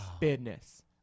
Business